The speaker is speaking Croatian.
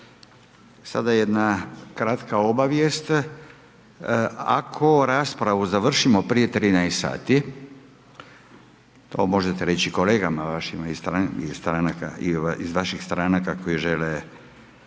Sada jedna kratka obavijest, ako raspravu završimo prije 13 sati, to možete reći kolegama vašima iz stranaka, iz